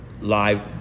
live